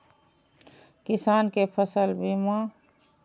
किसान कै फसल बीमा?